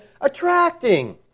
attracting